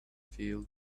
fields